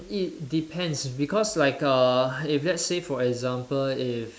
it depends because like uh if let's say for example if